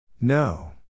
no